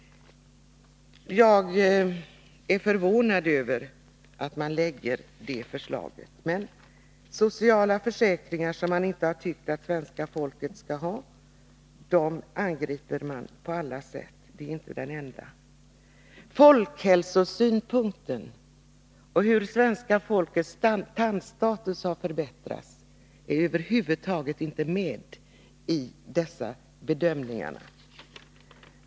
Jag är förvånad över att man lägger fram detta förslag. Men sociala försäkringar som man inte har tyckt att svenska folket skall ha angriper man på alla sätt — detta är inte den enda. Folkhälsosynpunkten och att svenska folkets tandstatus har förbättrats är över huvud taget inte med i dessa bedömningar.